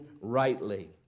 rightly